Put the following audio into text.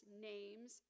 names